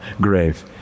grave